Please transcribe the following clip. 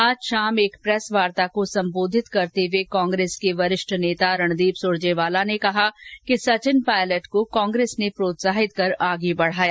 आज शाम एक प्रेस वार्ता को संबोधित करते हुए कांग्रेस के वरिष्ठ नेता रणदीप सुरजेवाला ने कहा कि सचिन पायलट को कांग्रेस ने प्रोत्साहित कर आगे बढाया